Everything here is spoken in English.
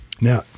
Now